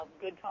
Good